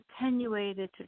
attenuated